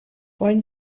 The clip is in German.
wollen